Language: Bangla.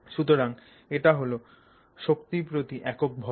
সুতরাং এটা হল শক্তি প্রতি একক ভর